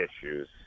issues